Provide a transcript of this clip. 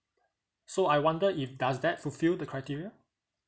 so I wonder if does that fulfil the criteria